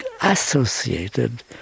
associated